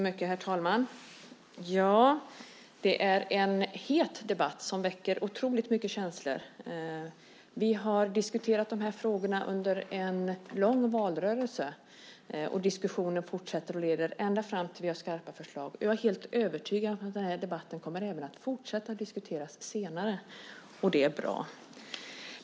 Herr talman! Det är en het debatt som väcker otroligt många känslor. Vi har diskuterat de här frågorna under en lång valrörelse, och diskussionen fortsätter och leder ända fram till skarpa förslag. Jag är helt övertygad om att den här debatten även kommer att fortsätta senare, och det är bra.